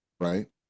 Right